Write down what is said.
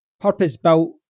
purpose-built